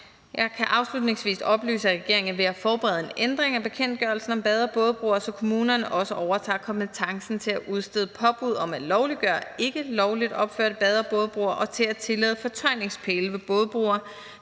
Jeg kan afslutningsvis oplyse, at regeringen er ved at forberede en ændring af bekendtgørelsen om bade- og bådebroer, så kommunerne også overtager kompetencen til at udstede påbud om at lovliggøre ikke lovligt opførte bade- og bådebroer og til at tillade fortøjningspæle ved bådebroer,